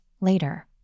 later